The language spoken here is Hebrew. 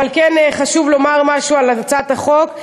אבל כן חשוב לומר משהו על הצעת החוק.